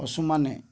ପଶୁମାନେ